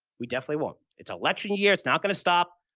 we definitely won't. it's election year. it's not going to stop.